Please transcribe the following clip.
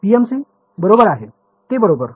PMC बरोबर आहे ते बरोबर